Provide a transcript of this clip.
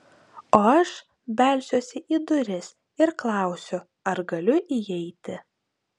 o aš belsiuosi į duris ir klausiu ar galiu įeiti